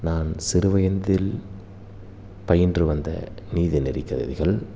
நான் சிறு வயதில் பயின்று வந்த நீதிநெறி கதைகள்